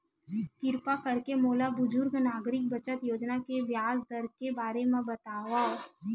किरपा करके मोला बुजुर्ग नागरिक बचत योजना के ब्याज दर के बारे मा बतावव